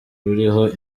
ruriho